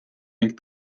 ning